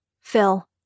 Phil